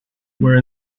were